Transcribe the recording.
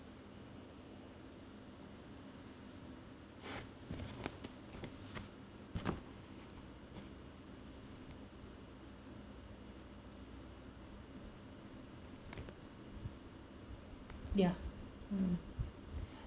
ya hmm